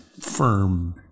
firm